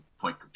Point